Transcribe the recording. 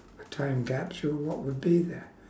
a time capsule what would be there